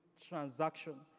transaction